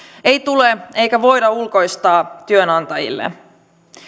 ei tule eikä voida ulkoistaa työnantajille